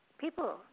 people